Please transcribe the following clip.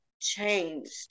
changed